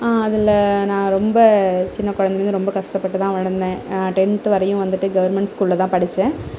அதில் நான் ரொம்ப சின்ன குழந்தைலருந்து ரொம்ப கஷ்டப்பட்டுதான் வளர்ந்தேன் டென்த் வரையும் வந்துட்டு கவெர்மெண்ட் ஸ்கூலில்தான் படிச்சேன்